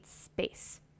space